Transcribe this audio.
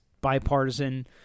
bipartisan